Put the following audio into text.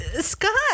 Scott